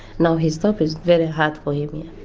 now he stop it's very hard for him.